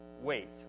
wait